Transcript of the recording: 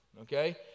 okay